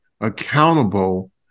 accountable